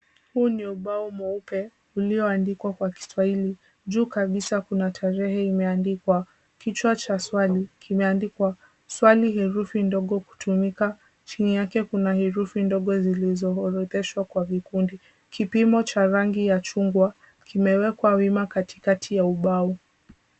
Huu ni ubao mweupe ulioandikwa kwa kiswahili. Juu kabisa kuna tarehe imeandikwa, kichwa cha swali kimeandikwa. Swali herufi ndogo kutumika, chini yake kuna herufi ndogo zilizoorodheshwa kwa vikundi. Kipimo cha rangi ya chungwa kimewekwa wima katikati ya ubao.